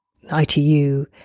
ITU